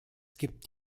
gibt